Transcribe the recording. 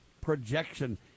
projection